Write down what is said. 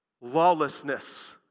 lawlessness